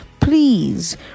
please